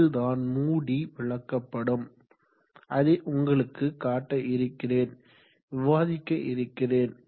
இதுதான் மூடி விளக்கப்படம் அதை உங்களுக்கு காட்ட இருக்கிறேன் விவாதிக்க இருக்கிறேன்